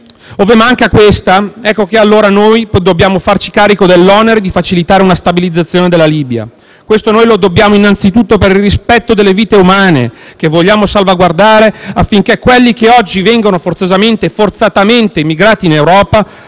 Ove questa manca, ecco che allora noi dobbiamo farci carico dell'onere di facilitare una stabilizzazione della Libia. Questo lo dobbiamo innanzitutto per il rispetto delle vite umane che vogliamo salvaguardare, affinché coloro che oggi divengono - forzosamente e forzatamente